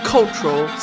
Cultural